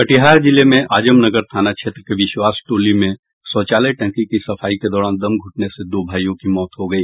कटिहार जिले में आजमनगर थाना क्षेत्र के विश्वास टोली में शौचालय टंकी की सफाई के दौरान दम घूटने से दो भाइयों की मौत हो गई